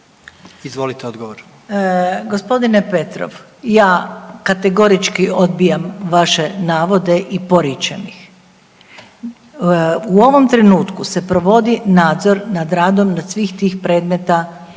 Zlata** Gospodine Petrov, ja kategorički odbijam vaše navode i poričem ih. U ovom trenutku se provodi nadzor nad radom svih tih predmeta